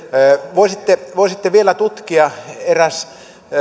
voisitte voisitte vielä tutkia eräs